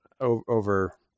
over